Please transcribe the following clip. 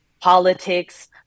politics